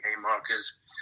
markers